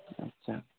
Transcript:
अच्छा